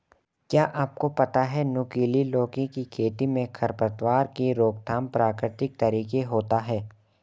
क्या आपको पता है नुकीली लौकी की खेती में खरपतवार की रोकथाम प्रकृतिक तरीके होता है?